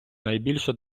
найбільше